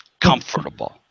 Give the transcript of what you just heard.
Comfortable